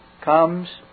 comes